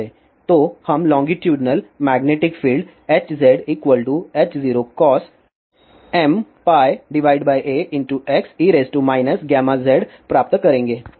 तो हम longitudinal magnetic field HzH0cos mπax e γzप्राप्त करेंगे